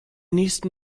nächsten